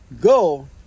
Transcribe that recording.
Go